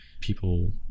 People